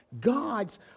God's